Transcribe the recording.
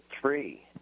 three